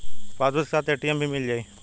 Passbook के साथ ATM भी मील जाई?